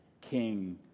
King